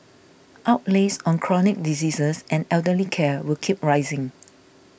outlays on chronic diseases and elderly care will keep rising